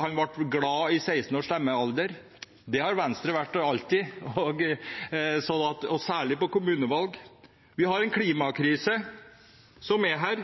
han ble glad i 16-årsstemmerettsalder. Det har Venstre alltid vært, særlig ved kommunevalg. Klimakrisen er her,